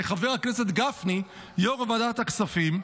הרי חבר הכנסת גפני, יו"ר ועדת הכספים,